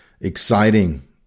exciting